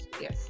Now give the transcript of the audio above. Yes